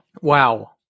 Wow